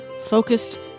focused